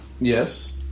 Yes